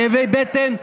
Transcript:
כאבי בטן,